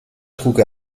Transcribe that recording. trug